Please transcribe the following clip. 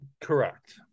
correct